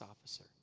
officer